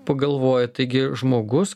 pagalvoji taigi žmogus